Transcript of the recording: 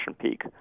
peak